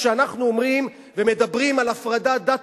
כשאנחנו אומרים ומדברים על הפרדת דת